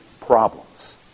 problems